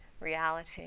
reality